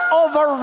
over